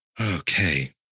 Okay